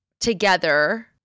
together